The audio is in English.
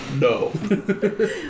No